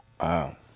Wow